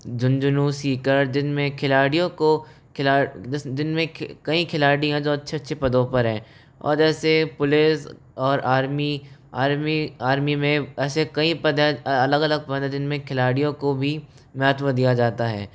झुंझुनू सीकर जिनमें खिलाड़ियों को जिनमें कई खिलाड़ी हैं जो अच्छे अच्छे पदों पर हैं और जैसे पुलिस और आर्मी आर्मी आर्मी में ऐसे कई पद हैं अलग अलग पद हैं जिन में खिलाड़ियों को भी महत्व दिया जाता है